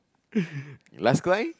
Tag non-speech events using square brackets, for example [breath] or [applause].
[breath] last cry